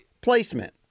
Placement